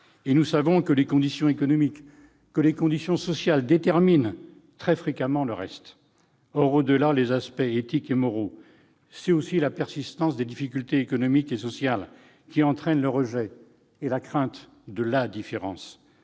! Nous savons que les conditions économiques et sociales déterminent très fréquemment le reste. Or, au-delà des aspects éthiques et moraux, c'est la persistance des difficultés économiques et sociales qui engendre le rejet et la crainte de la différence.